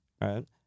right